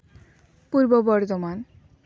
Purba Bardhaman